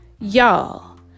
Y'all